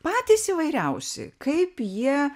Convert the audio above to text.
patys įvairiausi kaip jie